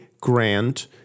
grant